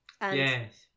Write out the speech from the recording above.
Yes